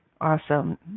Awesome